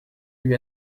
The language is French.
lui